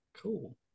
Cool